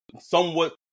somewhat